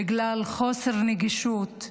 בגלל חוסר נגישות,